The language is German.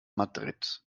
madrid